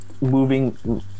moving